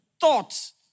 thoughts